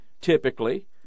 typically